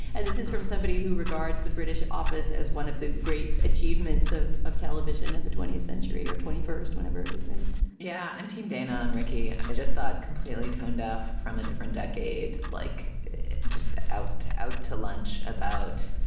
and this is from somebody who regards the british office as one of the great achievements of of television of the twentieth century or twenty first whenever it was made yeah, i'm team dan on ricky. i just thought. lately tone-deaf from a different decade. like just out to out to lunch about.